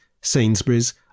Sainsbury's